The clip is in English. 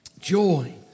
Joy